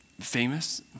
famous